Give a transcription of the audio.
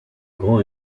grand